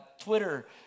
Twitter